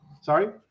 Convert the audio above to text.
sorry